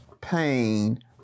pain